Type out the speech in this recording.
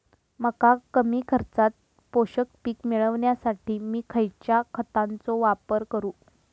मका कमी खर्चात पोषक पीक मिळण्यासाठी मी खैयच्या खतांचो वापर करू?